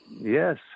Yes